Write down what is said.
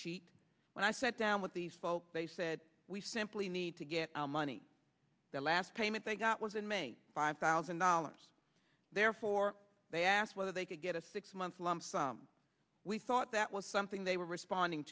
cheat when i sat down with these folks they said we simply need to get our money the last payment they got was in maine five thousand dollars therefore they asked whether they could get a six month lump sum we thought that was something they were responding